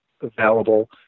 available